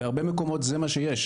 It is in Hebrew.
בהרבה מקומות זה מה שיש.